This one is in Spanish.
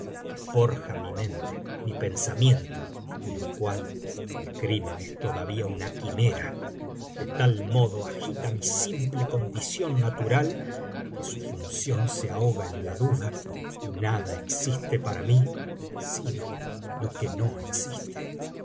forja mi mente mi pensamiento en el cual el crimen es todavía una quimera de tal modo agita mi simple condición natural que su función ae ahoga en la duda y nada existe para mí sino lo que no existe